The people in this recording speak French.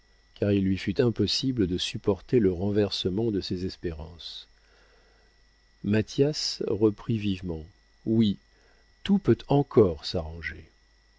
car il lui fut impossible de supporter le renversement de ses espérances mathias reprit vivement oui tout peut encore s'arranger